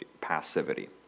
passivity